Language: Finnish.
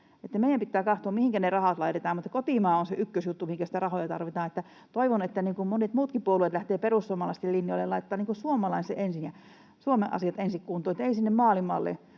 Meidän pitää katsoa, mihinkä ne rahat laitetaan, mutta kotimaa on se ykkösjuttu, mihinkä sitä rahaa tarvitaan. Toivon, että monet muutkin puolueet lähtevät perussuomalaisten linjoille laittamaan suomalaisen ensin ja Suomen asiat kuntoon ensin, ei sinne maailmalle,